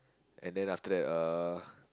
and then after that uh